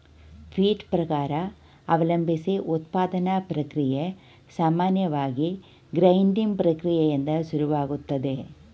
feed ಪ್ರಕಾರ ಅವಲಂಬ್ಸಿ ಉತ್ಪಾದನಾ ಪ್ರಕ್ರಿಯೆ ಸಾಮಾನ್ಯವಾಗಿ ಗ್ರೈಂಡಿಂಗ್ ಪ್ರಕ್ರಿಯೆಯಿಂದ ಶುರುವಾಗ್ತದೆ